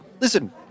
Listen